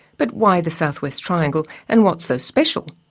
but why the southwest triangle? and what's so special?